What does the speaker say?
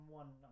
one